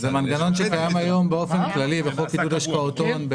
זה מנגנון שקיים היום באופן כללי בחוק עידוד השקעות הון.